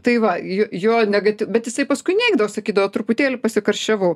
tai va j jo negaty bet jisai paskui neigdavo sakydavo truputėlį pasikarščiavau